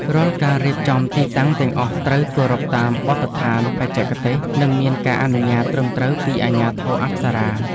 រាល់ការរៀបចំទីតាំងទាំងអស់ត្រូវគោរពតាមបទដ្ឋានបច្ចេកទេស និងមានការអនុញ្ញាតត្រឹមត្រូវពីអាជ្ញាធរអប្សរា។